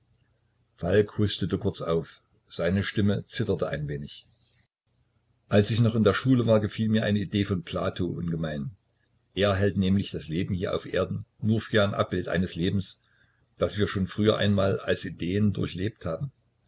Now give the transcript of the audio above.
falk hustete kurz auf seine stimme zitterte ein wenig als ich noch in der schule war gefiel mir eine idee von plato ungemein er hält nämlich das leben hier auf erden nur für ein abbild eines lebens das wir schon früher einmal als ideen durchlebt haben